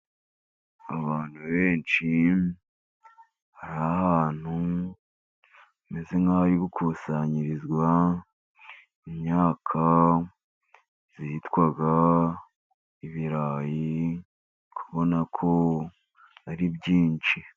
Abantu benshi bari ahantu hameze nk'ahari gukusanyirizwa imyaka yitwa ibirayi. Uri kubona ko ari byinshi.